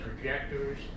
projectors